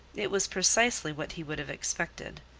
it was precisely what he would have expected.